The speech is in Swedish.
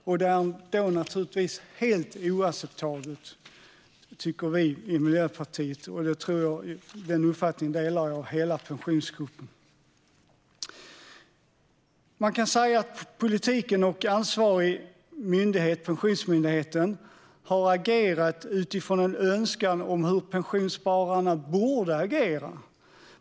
Vi i Miljöpartiet tycker naturligtvis att det är helt oacceptabelt, och den uppfattningen tror jag att hela Pensionsgruppen delar. Man kan säga att politiken och ansvarig myndighet, Pensionsmyndigheten, har agerat utifrån en önskan om hur pensionsspararna borde agera.